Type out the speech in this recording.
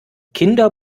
kinder